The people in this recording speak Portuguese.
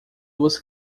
duas